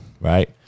right